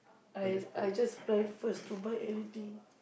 I I just plan first to buy anything